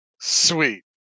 Sweet